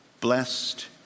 Blessed